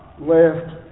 left